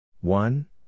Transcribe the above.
One